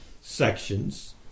sections